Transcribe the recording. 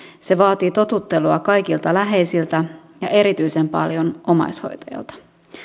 se vaatii totuttelua kaikilta läheisiltä ja erityisen paljon omaishoitajalta